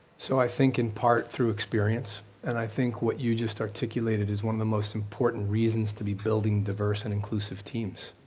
so i think, in part through experience, and i think what you just articulated is one of the most important reasons to be building diverse and inclusive teams.